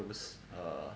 it was err